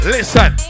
Listen